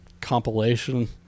compilation